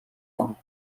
ans